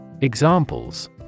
Examples